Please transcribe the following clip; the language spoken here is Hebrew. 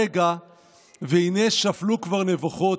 / ועיניים אך תמתנה רגע / והינה שפלו כבר נבוכות.